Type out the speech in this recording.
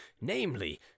Namely